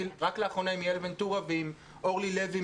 רק לאחרונה דיברתי עם יעל ונטורה ועם אורלי לוי,